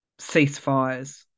ceasefires